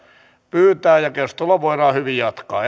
pyytää ja keskustelua voidaan hyvin jatkaa